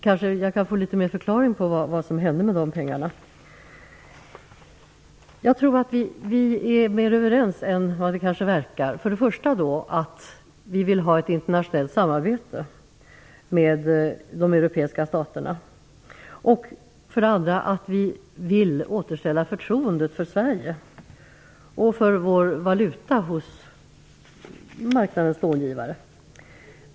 Jag kan kanske få en förklaring på vad som hände med dessa pengar. Jag tror att vi är mer överens än vad det verkar. För det första vill vi ha ett internationellt samarbete med de europeiska staterna. För det andra vill vi återställa förtroendet för Sverige och för vår valuta hos marknadens långivare.